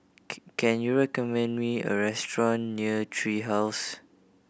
can you recommend me a restaurant near Tree House